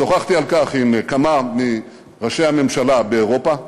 שוחחתי על כך עם כמה מראשי הממשלה באירופה,